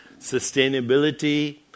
sustainability